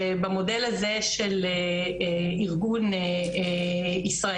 שבמודל הזה של ארגון ישראלי-פלסטיני,